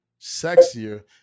sexier